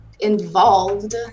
involved